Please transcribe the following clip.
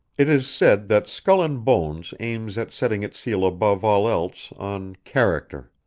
it is said that skull and bones aims at setting its seal above all else on character.